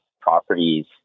properties